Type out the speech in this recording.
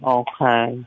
okay